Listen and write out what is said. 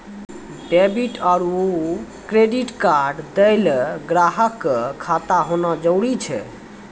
debit आरू credit card दैय ल ग्राहक क खाता होना जरूरी छै